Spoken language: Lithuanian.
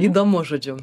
įdomu žodžiu